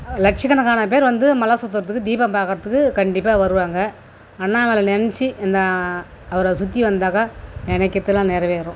லட்ச கணக்கான பேர் வந்து மலை சுற்றுறதுக்கு தீபம் பார்க்கறதுக்கு கண்டிப்பாக வருவாங்க அண்ணாமலை நினைச்சி இந்த அவரை சுற்றி வந்தாக்கா நினைக்கறத்துலாம் நிறைவேரும்